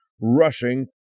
rushing